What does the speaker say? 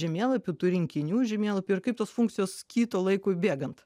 žemėlapių tų rinkinių žemėlapių ir kaip tos funkcijos kito laikui bėgant